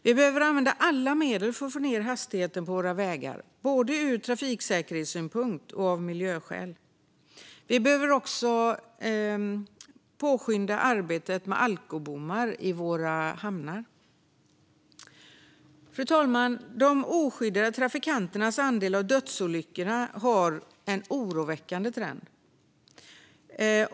Vi behöver använda alla medel för att få ned hastigheten på våra vägar både ur trafiksäkerhetssynpunkt och av miljöskäl. Arbetet med alkobommar i våra hamnar måste också påskyndas. Fru talman! De oskyddade trafikanternas andel av dödsolyckorna är en oroande trend, inte minst andelen cyklister och gående.